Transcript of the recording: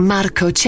Marco